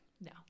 No